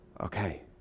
okay